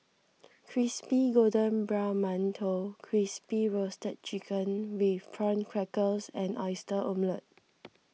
Crispy Golden Brown Mantou Crispy Roasted Chicken with Prawn Crackers and Oyster Omelette